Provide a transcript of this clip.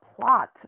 plot